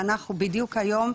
שאנחנו בדיוק היום,